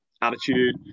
attitude